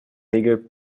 regel